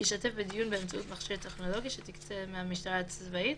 ישתתף בדיון באמצעות מכשיר טכנולוגי שתקצה המשטרה הצבאית